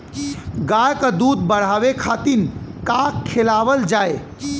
गाय क दूध बढ़ावे खातिन का खेलावल जाय?